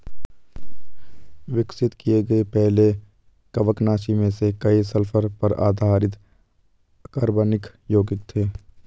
विकसित किए गए पहले कवकनाशी में से कई सल्फर पर आधारित अकार्बनिक यौगिक थे